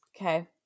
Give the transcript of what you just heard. Okay